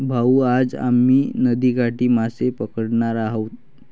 भाऊ, आज आम्ही नदीकाठी मासे पकडणार आहोत